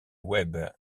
web